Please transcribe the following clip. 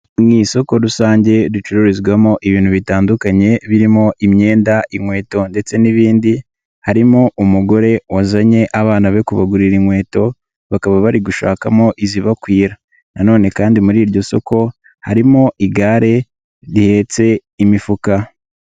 Mu isoko rusange ducururizwamo ibintu bitandukanye birimo imyenda inkweto ndetse n'ibindi harimo umugore wazanye abana be kubagurira inkweto, bakaba bari gushakamo izibakwira na nonene kandi muri iryo soko harimo igare rihetse imifuka.